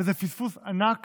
וזה פספוס ענק